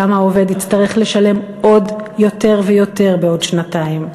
האדם העובד יצטרך לשלם עוד יותר ויותר בעוד שנתיים.